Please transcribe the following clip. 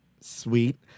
sweet